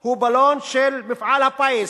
הוא בלון של מפעל הפיס,